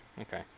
Okay